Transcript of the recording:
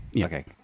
Okay